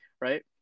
Right